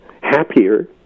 happier